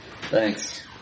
Thanks